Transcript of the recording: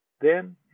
Then